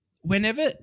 Whenever